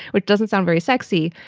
which doesn't sound very sexy,